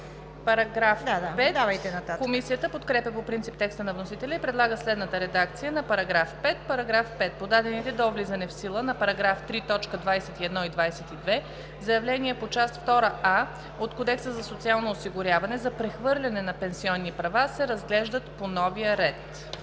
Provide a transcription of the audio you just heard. ред.“ Комисията подкрепя по принцип текста на вносителя и предлага следната редакция на § 5: „§ 5. Подадените до влизането в сила на § 3, точки 21 и 22 заявления по Част втора „А“ от Кодекса за социално осигуряване за прехвърляне на пенсионни права се разглеждат по новия ред.“